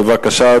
בבקשה,